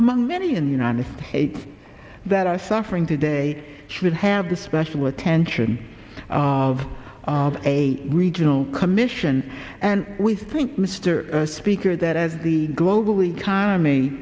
among many in the united states that are suffering today should have the special attention of a regional commission and we think mr speaker that as the global